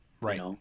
Right